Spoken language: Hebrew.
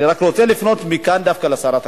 אני רק רוצה לפנות מכאן דווקא אל שרת הקליטה.